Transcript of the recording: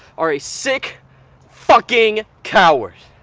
are a sick fucking coward!